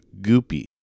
goopy